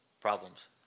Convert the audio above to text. problems